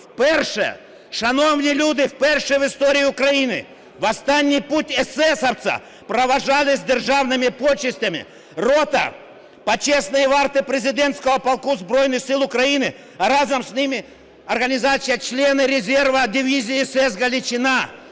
Вперше, шановні люди, вперше в історії України в останній путь есесівця проводжали з державними почестями рота Почесної варти Президентського полку Збройних Сил України, а разом з ними організація члени резервної дивізії СС "Галичина".